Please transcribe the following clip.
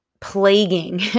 plaguing